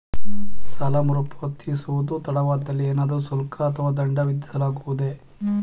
ಸಾಲ ಮರುಪಾವತಿಸುವುದು ತಡವಾದಲ್ಲಿ ಏನಾದರೂ ಶುಲ್ಕ ಅಥವಾ ದಂಡ ವಿಧಿಸಲಾಗುವುದೇ?